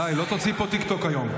די, לא תוציא פה טיקטוק היום.